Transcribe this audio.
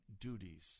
duties